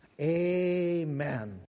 Amen